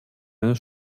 eines